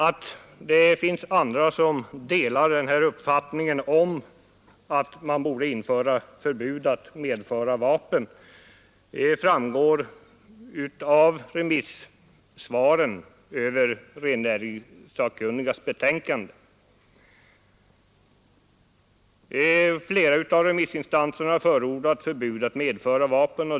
Att det finns andra som delar uppfattningen att man borde införa förbud att medföra vapen framgår av remissyttrandena över rennärigssakkunnigas betänkande. Flera av remissinstanserna har förordat förbud att medföra vapen.